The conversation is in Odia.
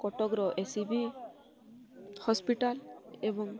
କଟକର ଏ ସି ବି ହସ୍ପିଟାଲ ଏବଂ